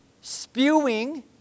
spewing